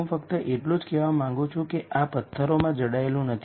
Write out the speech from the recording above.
હું ફક્ત એટલું જ કહેવા માંગું છું કે આ પત્થરમાં જડાયેલું નથી